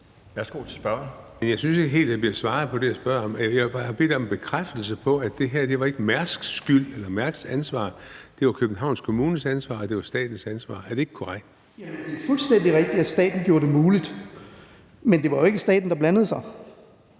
Jeg synes ikke helt, der bliver svaret på det, jeg spørger om. Jeg bad om en bekræftelse på, at det her ikke var Mærsks skyld eller Mærsks ansvar. Det var Københavns Kommunes ansvar, og det var statens ansvar. Er det ikke korrekt? Kl. 13:46 Søren Søndergaard (EL): Det er fuldstændig rigtigt, at staten gjorde det muligt, men det var jo ikke staten, der blandede sig.